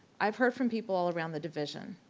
i've heard from people all around the division.